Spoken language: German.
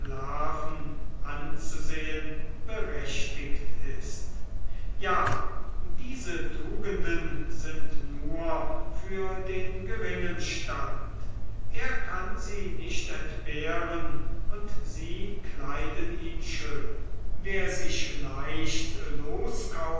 sklaven anzusehen berechtigt ist ja diese tugenden sind nur für den geringen stand er kann sie nicht entbehren und sie kleiden ihn schön wer sich leicht